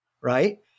right